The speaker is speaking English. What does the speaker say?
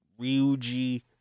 ryuji